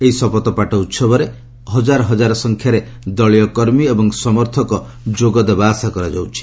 ଏହି ଶପଥ ପାଠ ଉତ୍ସବରେ ହଜାର ସଂଖ୍ୟାରେ ଦଳୀୟ କର୍ମୀ ଏବଂ ସମର୍ଥକ ଯୋଗ ଦେବା ଆଶା କରାଯାଉଛି